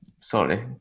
sorry